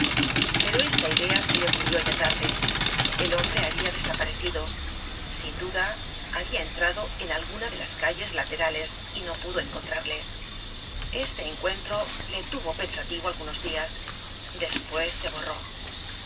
pero esta idea se le ocurrió ya tarde el hombre habia desaparecido sin duda habia entrado en alguna de las calles laterales y no pudo encontrarle este encuentro le tuvo pensativo algunos dias despues se borró